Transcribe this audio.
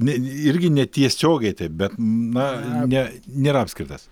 ne irgi netiesiogiai taip bet na ne nėra apskritas